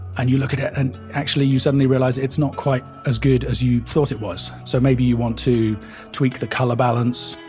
and you look at it, and actually you suddenly realize it's not quite as good as you thought it was. so, maybe you want to tweak the color balance,